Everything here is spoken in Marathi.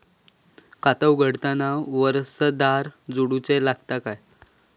खाता उघडताना वारसदार जोडूचो लागता काय?